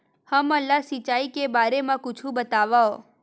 हमन ला सिंचाई के बारे मा कुछु बतावव?